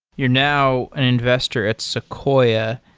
you're now an investor at sequoia.